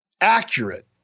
accurate